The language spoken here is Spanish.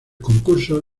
concurso